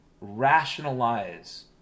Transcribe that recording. rationalize